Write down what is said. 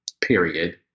Period